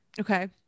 Okay